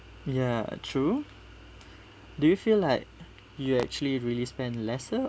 ya true do you feel like you actually really spend lesser